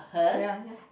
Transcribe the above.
yeah yeah